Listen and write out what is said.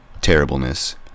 Terribleness